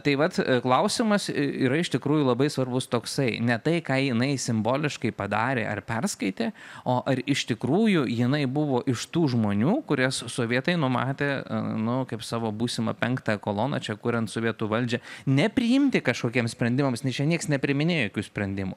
tai vat klausimas yra iš tikrųjų labai svarbus toksai ne tai ką jinai simboliškai padarė ar perskaitė o ar iš tikrųjų jinai buvo iš tų žmonių kurias sovietai numatė nu kaip savo būsimą penktą koloną čia kuriant sovietų valdžią ne priimti kažkokiems sprendimams nes čia niekas nepriiminėja jokių sprendimų